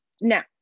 now